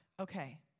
okay